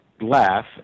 laugh